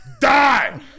Die